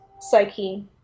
Psyche